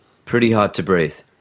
pretty hard to breathe.